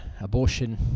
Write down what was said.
abortion